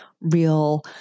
real